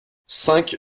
cinq